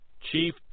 Chief